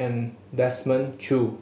and Desmond Choo